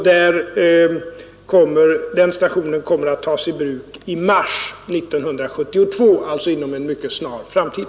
Den stationen kommer att kunna tas i bruk i mars 1972, alltså inom en mycket nära framtid.